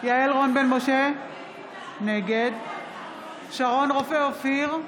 יעל רון בן משה, נגד שרון רופא אופיר,